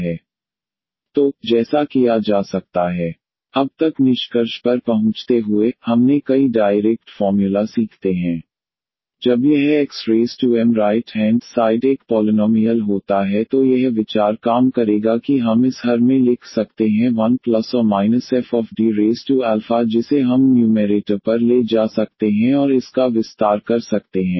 तो जैसा किया जा सकता है x1D2 2D1sin x 2D 2D2 2D12sin x x1 2Dsin x 2D 24D2sin x x2cos x 12 अब तक निष्कर्ष पर पहुंचते हुए हमने कई डायरेक्ट फॉर्म्युला सीखते हैं 1D2cos ax 1 a2cos ax And this 1D2a2sin ax x2acos ax 1D2a2cos ax x2asin ax जब यह xm राइट हैंड साइड एक पॉलिनॉमियल होता है तो यह विचार काम करेगा कि हम इस हर में लिख सकते हैं 1±FD जिसे हम न्यूमैरेटर पर ले जा सकते हैं और इसका विस्तार कर सकते हैं